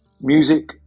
music